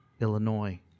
Illinois